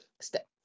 step